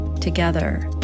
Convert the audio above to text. together